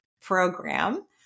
program